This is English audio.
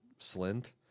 Slint